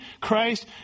Christ